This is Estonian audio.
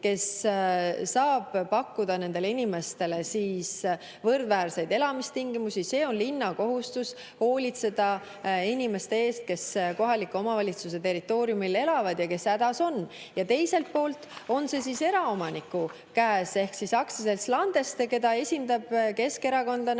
kes saab pakkuda nendele inimestele võrdväärseid elamistingimusi. On linna kohustus hoolitseda inimeste eest, kes kohaliku omavalitsuse territooriumil elavad ja kes hädas on. Ja teiselt poolt on see siis eraomaniku käes ehk siis aktsiaselts Landeste, keda esindab keskerakondlane